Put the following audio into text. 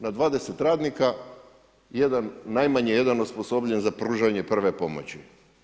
Na 20 radnika jedan, najmanje jedan osposobljen za pružanje prve pomoći.